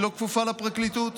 היא לא כפופה לפרקליטות.